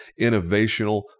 innovational